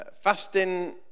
Fasting